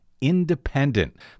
independent